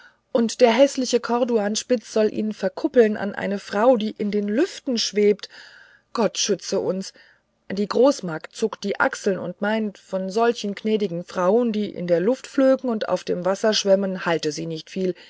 und der häßliche corduanspitz soll ihn verkuppeln an eine frau die in den lüften schwebt gott schütze uns die großmagd zuckt die achseln und meint von solchen gnädigen frauen die in der luft flögen und auf dem wasser schwämmen halte sie nicht viel